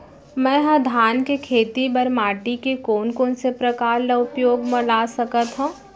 मै ह धान के खेती बर माटी के कोन कोन से प्रकार ला उपयोग मा ला सकत हव?